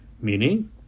Meaning